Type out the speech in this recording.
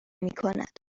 میکند